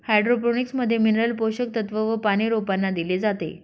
hydroponics मध्ये mineral पोषक तत्व व पानी रोपांना दिले जाते